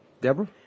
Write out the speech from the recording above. Deborah